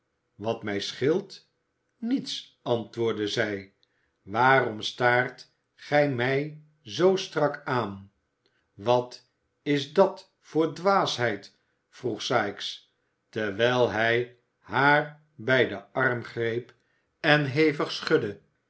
wat mij scheelt niets antwoordde zij waarom staart gij mij zoo strak aan wat is dat voor dwaasheid vroeg sikes terwijl hij haar bij den arm greep en hevig schudde